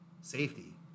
safety